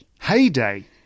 Heyday